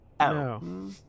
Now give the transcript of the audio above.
No